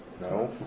No